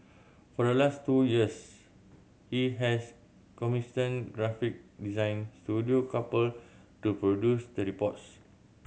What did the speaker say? for the last two years he has commissioned graphic design studio Couple to produce the reports